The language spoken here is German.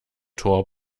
tor